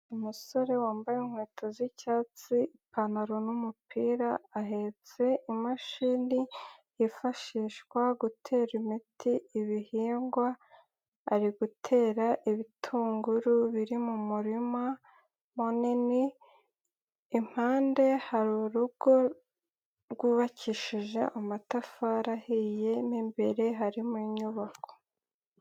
Umusore wambaye inkweto z'icyatsi, ipantaro n'umupira, ahetse imashini yifashishwa gutera imiti ibihingwa, ari gutera ibitunguru biri mu murima munini, impande hari urugo rwubakishije amatafari ahiye imbere harimo inyubako.